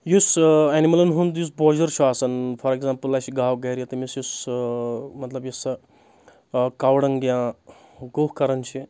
یُس اؠنِملن ہُنٛد یُس بوجر چھُ آسان فار ایگزامپٕل اَسہِ گاو گرِ تٔمِس یُس مطلب یُس سۄ مطلب کاو ڈنگ یا گُہہ کران چھِ